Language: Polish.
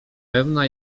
pewna